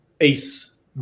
Ace